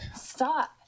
Stop